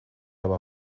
aber